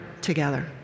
together